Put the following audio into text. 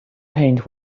paint